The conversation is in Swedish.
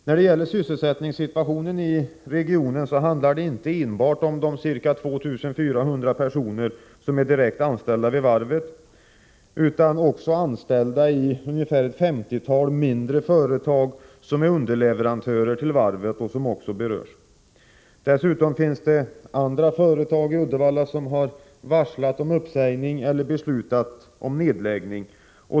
När man talar om sysselsättningssituationen i regionen handlar det inte enbart om de ca 2 400 personer som är direkt anställda vid varvet. Anställda i ungefär ett femtiotal mindre företag, som är underleverantörer till varvet, berörs också. Dessutom finns det andra företag i Uddevalla som har varslat om uppsägning eller beslutat om nedläggning.